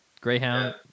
Greyhound